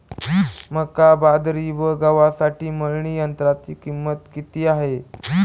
मका, बाजरी व गव्हासाठी मळणी यंत्राची किंमत किती आहे?